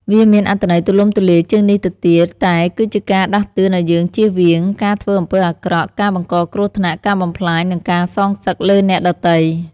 វាមានអត្ថន័យទូលំទូលាយជាងនេះទៅទៀតតែគឺជាការដាស់តឿនឲ្យយើងជៀសវាង ការធ្វើអំពើអាក្រក់ ការបង្កគ្រោះថ្នាក់ ការបំផ្លាញ និងការសងសឹកលើអ្នកដទៃ។